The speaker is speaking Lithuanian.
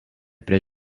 prie